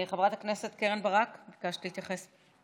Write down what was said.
חברת הכנסת קרן ברק, ביקשת להתייחס.